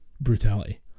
brutality